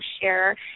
share